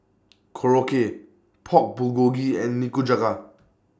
Korokke Pork Bulgogi and Nikujaga